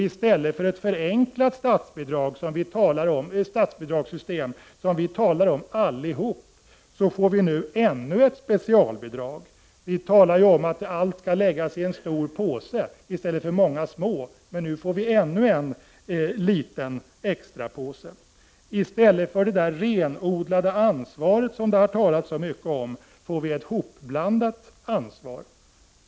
I stället för ett förenklat statsbidragssystem som vi alla talar om införs nu ännu ett specialbidrag. Vi talar ju om att allt skall läggas i en stor påse i stället för i många små. Men nu får vi ännu en liten extrapåse. I stället för det renodlade ansvaret som det har talats så mycket om blir det ett hopblandat ansvar.